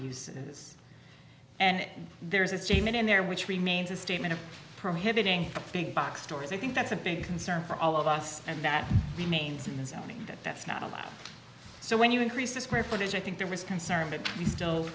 uses and there's a statement in there which remains a statement of prohibiting big box stores i think that's a big concern for all of us and that remains in this county that that's not a lot so when you increase the square footage i think there was concern but we still